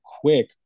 quick